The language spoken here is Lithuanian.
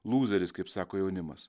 lūzeris kaip sako jaunimas